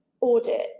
audit